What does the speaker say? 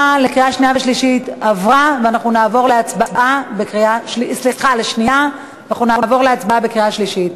אנחנו נעבור להצבעה בקריאה שלישית.